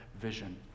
vision